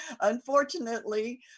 unfortunately